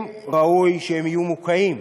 ראוי שהם יהיו מוקעים.